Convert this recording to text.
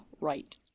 right